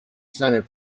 senate